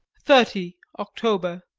thirty october.